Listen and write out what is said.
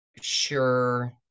sure